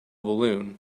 balloon